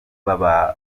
bazi